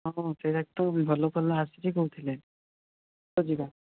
ହଁ ହଁ ସେଗୁଡ଼ା ତ ଭଲ ଭଲ ଆସିଛି କହୁଥିଲେ ଚାଲ ଯିବା